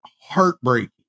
heartbreaking